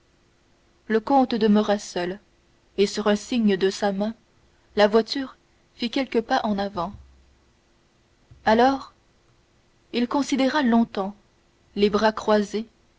le comte demeura seul et sur un signe de sa main la voiture fit quelques pas en avant alors il considéra longtemps les bras croisés